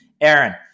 Aaron